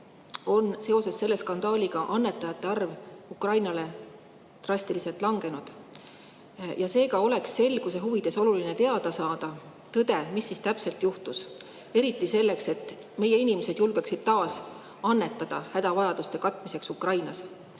arv selle skandaaliga seoses drastiliselt langenud. Seega oleks selguse huvides oluline teada saada tõde, mis siis täpselt juhtus. Seda eriti selleks, et meie inimesed julgeksid taas annetada hädavajaduste katmiseks Ukrainas.